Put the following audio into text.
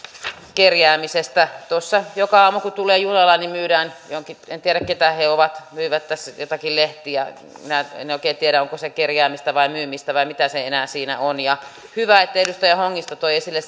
kerjäämisestä tuossa joka aamu kun tulee junalla myydään en tiedä keitä he ovat jotka myyvät jotakin lehtiä en oikein tiedä onko se kerjäämistä vai myymistä vai mitä se enää on ja hyvä että edustaja hongisto toi esille